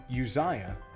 Uzziah